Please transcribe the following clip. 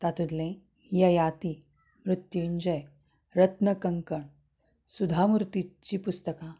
तांतुंतलें ययाती मृत्युंजय रत्नकंकण सुधा मुर्तींची पुस्तकां